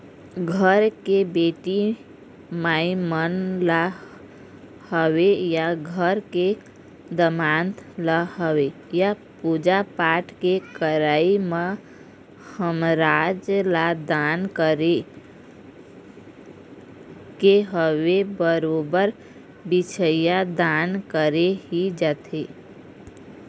घर के बेटी माई मन ल होवय या घर के दमाद ल होवय या पूजा पाठ के करई म महराज ल दान करे के होवय बरोबर बछिया दान करे ही जाथे